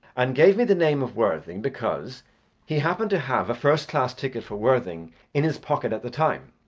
and gave me the name of worthing, because he happened to have a first-class ticket for worthing in his pocket at the time.